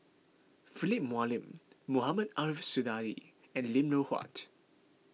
Philip Hoalim Mohamed Ariff Suradi and Lim Loh Huat